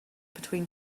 between